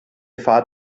fahrt